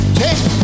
take